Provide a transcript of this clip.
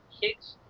kicks